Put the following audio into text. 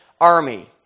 army